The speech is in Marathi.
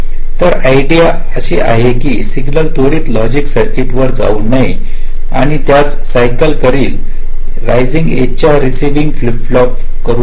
तर आयडियल असा आहे की सिग्नल त्वरित लॉजिक सर्किट वर जाऊ नये आणि त्याच सायकल करील रायजिंग एज च्या रेसिइविंग फ्लिप फ्लॉप करू नये